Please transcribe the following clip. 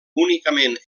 únicament